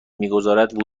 میگذارد